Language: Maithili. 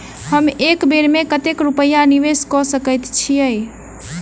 हम एक बेर मे कतेक रूपया निवेश कऽ सकैत छीयै?